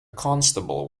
constable